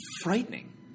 frightening